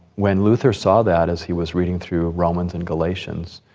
when luther saw that as he was reading through romans and galatians,